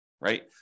right